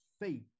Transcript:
faith